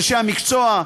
אנשי המקצוע,